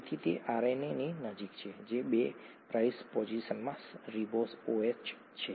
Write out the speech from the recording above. તેથી તે આરએનએ ની નજીક છે જે 2 પ્રાઇમ પોઝિશનમાં રિબોઝ OH છે